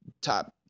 top